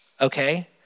okay